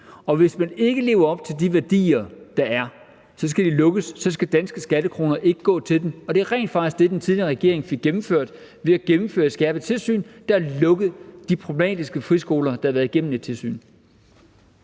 og hvis de ikke lever op til de værdier, der er, skal de lukkes – så skal danske skattekroner ikke gå til dem. Og det er rent faktisk det, den tidligere regering fik gennemført ved at gennemføre et skærpet tilsyn, der lukkede de problematiske friskoler, efter de havde været igennem et tilsyn.